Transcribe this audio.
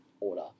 order